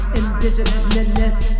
indigenousness